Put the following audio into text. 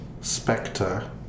Spectre